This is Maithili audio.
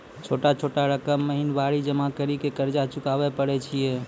छोटा छोटा रकम महीनवारी जमा करि के कर्जा चुकाबै परए छियै?